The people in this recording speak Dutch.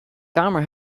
kamer